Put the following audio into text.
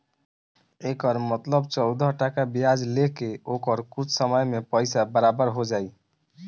एकर मतलब चौदह टका ब्याज ले के ओकर कुछ समय मे पइसा बराबर हो जाई